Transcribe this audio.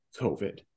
covid